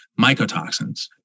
mycotoxins